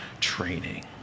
training